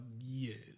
Yes